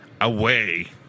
away